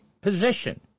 position